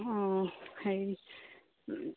অঁ হেৰি